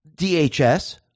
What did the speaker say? DHS